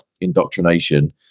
indoctrination